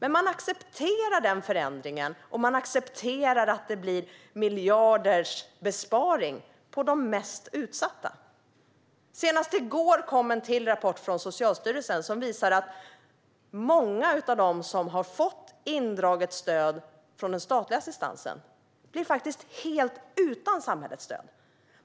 Ni accepterar dock denna förändring, och ni accepterar att det blir miljardbesparingar på de mest utsatta. Senast i går kom ytterligare en rapport från Socialstyrelsen. Den visar att många av de som har fått indraget stöd från den statliga assistansen blir helt utan samhällets stöd.